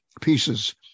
pieces